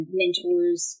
mentors